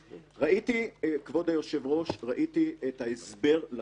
כבוד היושב-ראש, ראיתי את ההסבר לחוק.